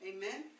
Amen